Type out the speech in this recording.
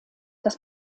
das